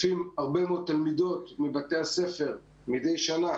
הרבה מאוד תלמידות מבתי הספר משתתפות מדי שנה